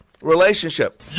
relationship